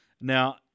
Now